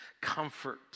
Comfort